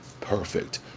perfect